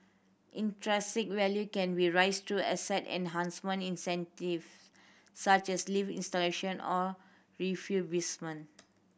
intrinsic value can be raised through asset enhancement initiative such as lift installation or refurbishment